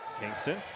Kingston